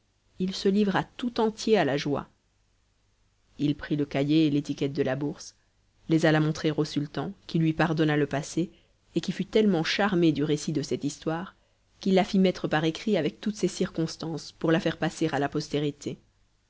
il se livra tout entier à la joie il prit le cahier et l'étiquette de la bourse les alla montrer au sultan qui lui pardonna le passé et qui fut tellement charmé du récit de cette histoire qu'il la fit mettre par écrit avec toutes ses circonstances pour la faire passer à la postérité